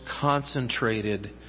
concentrated